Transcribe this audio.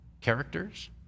characters